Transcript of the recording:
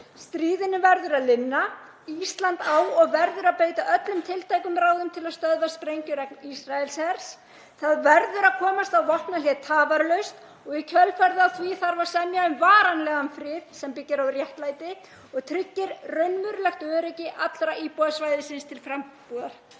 Stríðinu verður að linna. Ísland á og verður að beita öllum tiltækum ráðum til að stöðva sprengjuregn Ísraelshers. Það verður að komast á vopnahlé tafarlaust og í kjölfarið á því þarf að semja um varanlegan frið sem byggir á réttlæti og tryggir raunverulegt öryggi allra íbúa svæðisins til frambúðar.